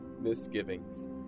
misgivings